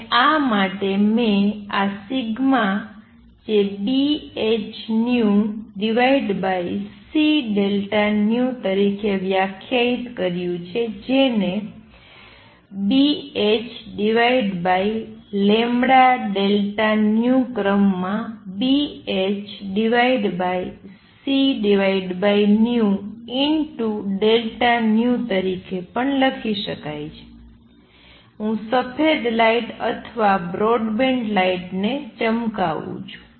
અને આ માટે મેં આ જે BhνcΔν તરીકે વ્યાખ્યાયિત કર્યું છે જેને BhλΔν ક્રમ માં BhcΔν તરીકે પણ લખી શકાય છે હું સફેદ લાઇટ અથવા બ્રોડબેન્ડ લાઇટને ચમકાવું છું